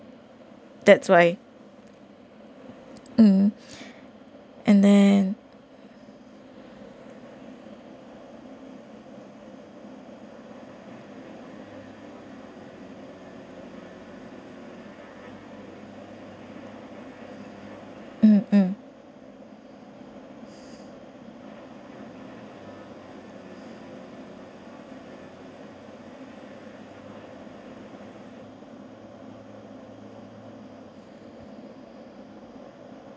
that's why mm and then mm mm